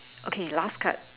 okay last card